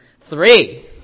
Three